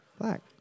black